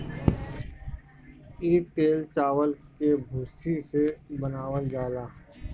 इ तेल चावल के भूसी से बनावल जाला